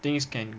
things can